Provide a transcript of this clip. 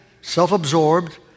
self-absorbed